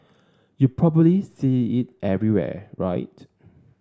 you probably see it everywhere right